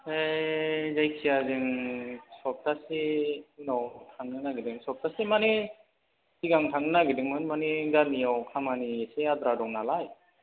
ओमफ्राय जायखिया जों सफ्थासे उनाव थांनो नागिरदों सफ्थासे माने सिगां थांनो नागिरदोंमोन माने गामियाव खामानि एसे आद्रा दंनालाय